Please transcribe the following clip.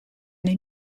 eine